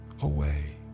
away